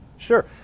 Sure